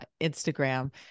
Instagram